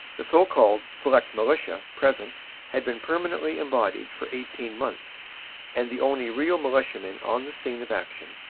the so-called select militia present had been permanently embodied for eighteen months and the only real militiamen on the scene of action,